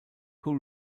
who